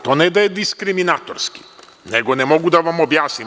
To ne, da je diskriminatorski nego ne mogu da vam objasnim.